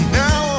now